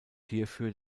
hierfür